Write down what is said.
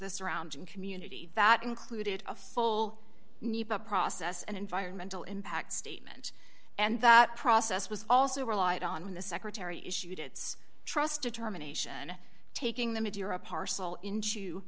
the surrounding community that included a full process an environmental impact statement and that process was also relied on when the secretary issued its trust determination taking the midyear a parcel into